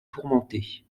tourmentée